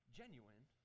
genuine